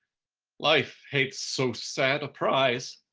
life hates so sad a prize.